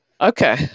Okay